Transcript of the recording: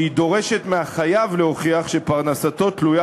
שהיא דורשת מהחייב להוכיח שפרנסתו תלויה